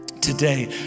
today